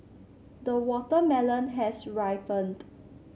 the watermelon has ripened